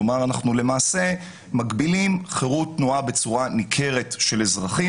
כלומר, אנחנו למעשה מגבילים חירות תנועה של אזרחים